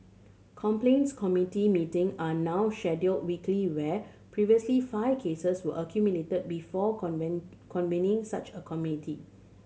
complaints committee meeting are now scheduled weekly where previously five cases were accumulated before convening such a community